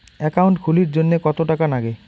Account খুলির জন্যে কত টাকা নাগে?